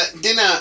dinner